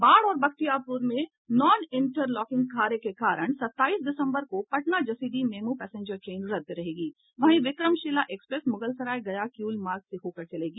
बाढ़ और बख्तियारपुर में नॉन इंटरलॉकिंग कार्य के कारण सत्ताईस दिसम्बर को Patna Jasidih MEMU passenger train रद्द रहेगी वहीं विक्रमशिला एक्सप्रेस मुगलसराय गया किउल मार्ग से होकर चलेगी